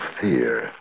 fear